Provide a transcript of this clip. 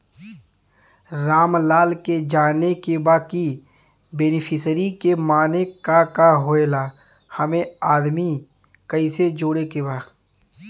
रामलाल के जाने के बा की बेनिफिसरी के माने का का होए ला एमे आदमी कैसे जोड़े के बा?